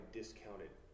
discounted